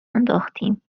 انداختیم